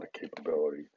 capability